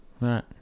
Right